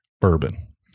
bourbon